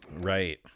Right